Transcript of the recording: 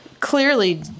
Clearly